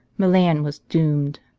milan was doomed!